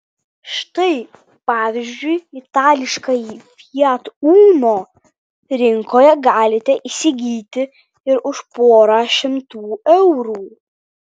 štai pavyzdžiui itališkąjį fiat uno rinkoje galite įsigyti ir už porą šimtų eurų